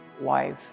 wife